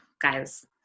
guys